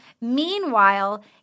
Meanwhile